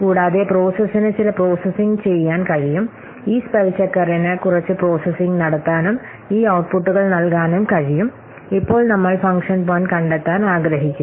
കൂടാതെ പ്രോസസ്സിന് ചില പ്രോസസ്സിംഗ് ചെയ്യാൻ കഴിയും ഈ സ്പെൽ ചെക്കറിന് കുറച്ച് പ്രോസസ്സിംഗ് നടത്താനും ഈ ഔട്ട്പുട്ടുകൾ നൽകാനും കഴിയും ഇപ്പോൾ നമ്മൾ ഫംഗ്ഷൻ പോയിന്റ് കണ്ടെത്താൻ ആഗ്രഹിക്കുന്നു